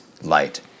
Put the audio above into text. Light